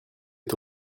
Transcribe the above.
est